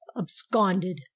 Absconded